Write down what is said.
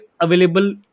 available